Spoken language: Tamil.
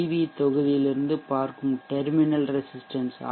வி தொகுதியிலிருந்து பார்க்கும் டெர்மினல் ரெசிஸ்டன்ஷ் ஆர்